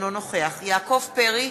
אינו נוכח יעקב פרי,